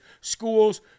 schools